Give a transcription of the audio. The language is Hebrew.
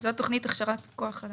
זו תוכנית הכשרת כוח אדם.